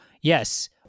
yes